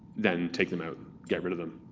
then take them out, get rid of them.